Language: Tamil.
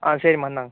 ஆ சரிம்மா இந்தாங்க